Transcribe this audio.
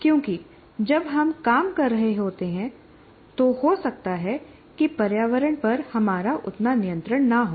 क्योंकि जब हम काम कर रहे होते हैं तो हो सकता है कि पर्यावरण पर हमारा उतना नियंत्रण न हो